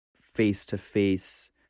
face-to-face